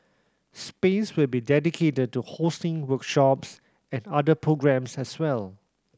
space will be dedicated to hosting workshops and other programmes as well